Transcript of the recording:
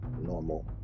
normal